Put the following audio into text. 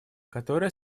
которое